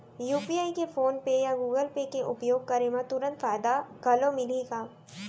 UPI के PhonePe या Google Pay के उपयोग करे म तुरंत फायदा घलो मिलही का?